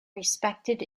respected